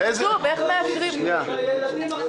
אבל --- את מבינה את זה.